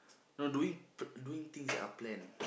no doing p~ doing things that are planned